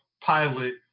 pilot